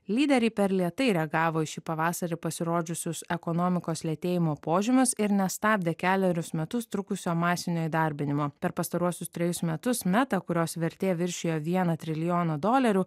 lyderiai per lėtai reagavo į šį pavasarį pasirodžiusius ekonomikos lėtėjimo požymius ir nestabdė kelerius metus trukusio masinio įdarbinimo per pastaruosius trejus metus metą kurios vertė viršijo vieną trilijoną dolerių